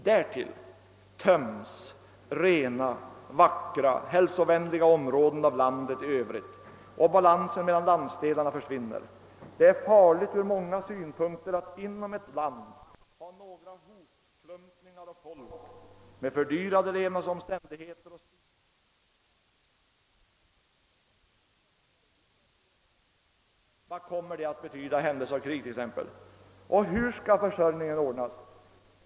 Därtill töms rena, vackra, hälsovänliga områden av landet i övrigt, och balansen mellan landsdelarna försvinner. Det är farligt ur många synpunkter att inom ett land ha några hopklumpningar av folk med fördyrade levnadsomständigheter, stigande vårdbehov och stora vida tomrum i övrigt utan egentligt näringsliv. Vad kommer det att betyda i händelse av krig? Hur skall försörjningen ordnas?